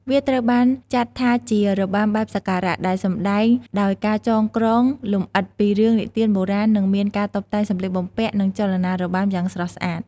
វាត្រូវបានចាត់ថាជារបាំបែបសក្ការៈ ដែលសម្តែងដោយការចងក្រងលំអិតពីរឿងនិទានបុរាណ និងមានការតុបតែងសម្លៀកបំពាក់ និងចលនារបាំយ៉ាងស្រស់ស្អាត។